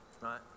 right